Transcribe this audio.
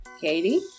Katie